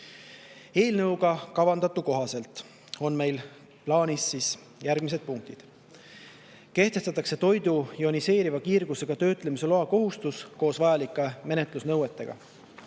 Eelnõu kohaselt on meil plaanis järgmised punktid. Kehtestatakse toidu ioniseeriva kiirgusega töötlemise loa kohustus koos vajalike menetlusnõuetega.